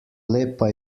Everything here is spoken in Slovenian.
lepa